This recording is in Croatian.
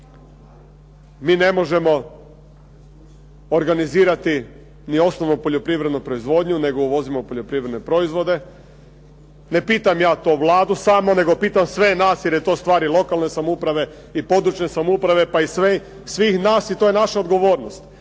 mi ne možemo organizirati ni osnovnu poljoprivrednu proizvodnju, nego uvozimo poljoprivredne proizvode. Ne pitam ja to samo Vladu, nego pitam sve nas, jer je to stvar i lokalne samouprave, i područne samouprave, pa i svih nas i to je naša odgovornost.